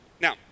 Now